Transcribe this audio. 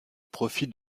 profite